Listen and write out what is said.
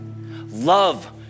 Love